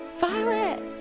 violet